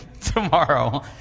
tomorrow